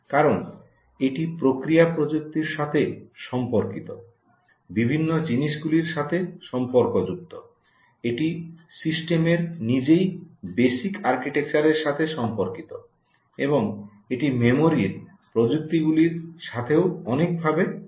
কারণ এটি প্রক্রিয়া প্রযুক্তির সাথে সম্পর্কিত বিভিন্ন জিনিসগুলির সাথে সম্পর্কযুক্ত এটি সিস্টেমের নিজেই বেসিক আর্কিটেকচারের সাথে সম্পর্কিত এবং এটি মেমরির প্রযুক্তিগুলির সাথেও অনেক ভাবে সম্পর্কিত